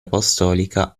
apostolica